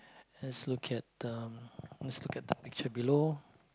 let's look at um let's look at the picture below